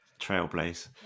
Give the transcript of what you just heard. Trailblaze